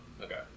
Okay